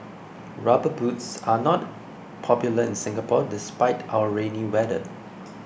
rubber boots are not popular in Singapore despite our rainy weather